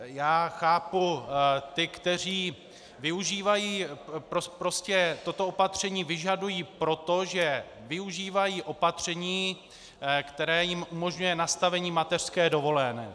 Já chápu ty, kteří využívají prostě toto opatření vyžadují proto, že využívají opatření, které jim umožňuje nastavení mateřské dovolené.